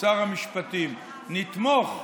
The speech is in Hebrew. לשר המשפטים: נתמוך,